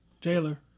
jailer